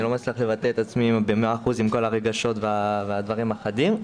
אני לא מצליח לבטא את עצמי במאה אחוז עם כל הרגשות והדברים החדים.